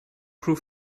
groove